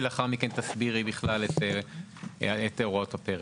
לאחר מכן, תסבירי בכלל את הוראות הפרק.